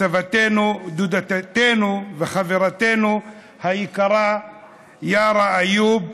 סבתנו, דודתנו וחברתנו היקרה יארא איוב.